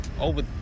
over